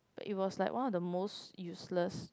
but it was like one of the most useless